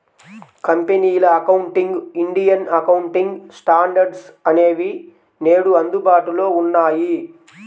కంపెనీల accounting, Indian accounting standards అనేవి నేడు అందుబాటులో ఉన్నాయి